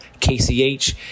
kch